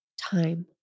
time